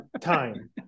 time